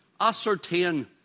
ascertain